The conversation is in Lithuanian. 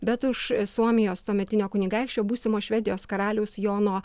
bet už suomijos tuometinio kunigaikščio būsimo švedijos karaliaus jono